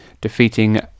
defeating